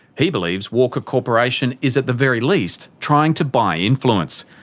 he believes walker corporation is at the very least trying to buy influence,